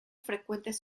frecuentes